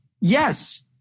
yes